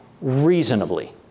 reasonably